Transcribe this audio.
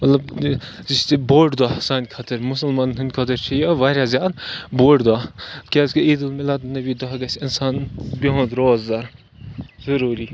مطلب بوٚڑ دۄہ سانہِ خٲطرٕ مُسلمانَن ہِنٛد خٲطرٕ چھُ یہِ واریاہ زیادٕ بوٚڑ دۄہ کیٛازکہِ عیٖد المیٖلادُن نبی دۄہ گژھِ اِنسان بِہُن روزدَر ضٔروٗری